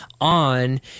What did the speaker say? on